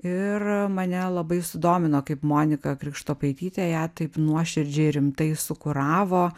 ir mane labai sudomino kaip monika krikštopaitytė ją taip nuoširdžiai ir rimtai sukuravo